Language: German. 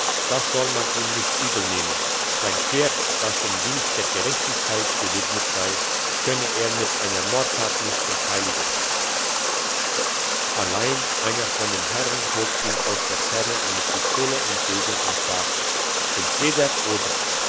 das soll man ihm nicht übel nehmen sein schwert das dem dienst der gerechtigkeit gewidmet sei könne er mit einer mordtat nicht entheiligen allein einer von den herren hob ihm aus der ferne eine pistole entgegen und sagte entweder oder